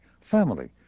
family